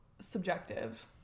subjective